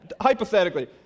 Hypothetically